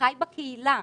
חי בקהילה,